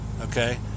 Okay